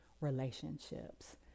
relationships